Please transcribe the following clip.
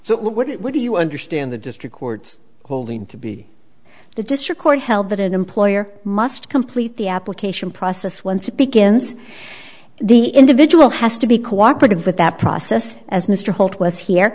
so what would it what do you understand the district court's holding to be the district court held that an employer must complete the application process once it begins the individual has to be cooperative with that process as mr holt was here